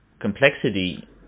complexity